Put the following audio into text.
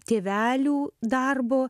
tėvelių darbo